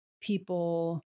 people